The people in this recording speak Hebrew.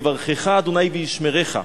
יברכך ה' וישמרך,